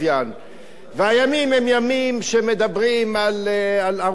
והימים הם ימים שמדברים על ערוצים נוספים,